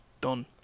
Done